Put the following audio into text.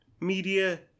media